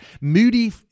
Moody